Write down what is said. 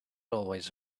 always